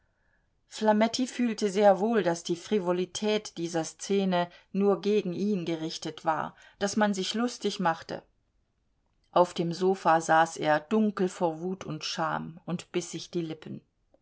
flametti fühlte sehr wohl daß die frivolität dieser szene nur gegen ihn gerichtet war daß man sich lustig machte auf dem sofa saß er dunkel vor wut und scham und biß sich die lippen